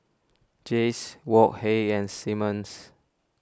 Jays Wok Hey and Simmons